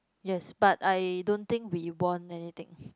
yes but I don't think we won anything